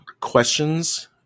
questions